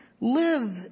Live